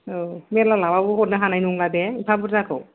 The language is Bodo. औ मेरला लाबाबो हरनो होनाय नंला दे एफा बुरजाखौ